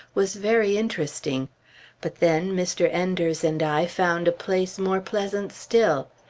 was very interesting but then, mr. enders and i found a place more pleasant still.